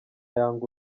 yanga